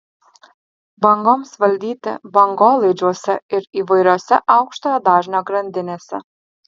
bangoms valdyti bangolaidžiuose ir įvairiose aukštojo dažnio grandinėse